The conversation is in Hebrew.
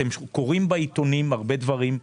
אתם קוראים בעיתונים הרבה דברים,